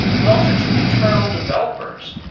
but also to internal developers.